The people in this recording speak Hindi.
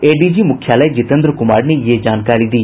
एडीजी मुख्यालय जितेन्द्र कुमार ने यह जानकारी दी